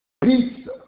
pizza